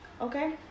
Okay